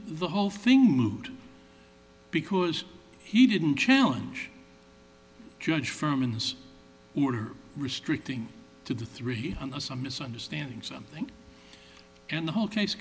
the whole thing moved because he didn't challenge judge firms who are restricting to the three hundred some misunderstanding something and the whole case